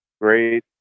great